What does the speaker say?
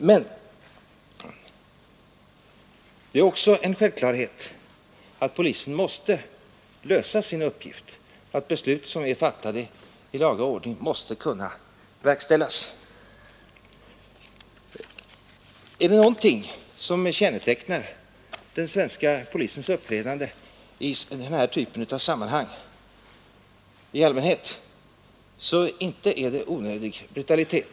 Men det är också en självklarhet att polisen måste lösa sin uppgift så, att beslut som är fattade i laga ordning blir verkställda. Är det någonting som kännetecknar den svenska polisens uppträdande i den här typen av sammanhang så inte brukar det vara onödig brutalitet.